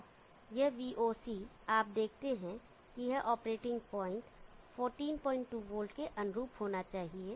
अब यह VOC आप देखते हैं कि यह ऑपरेटिंग पॉइंट 142 वोल्ट के अनुरूप होना चाहिए